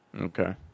Okay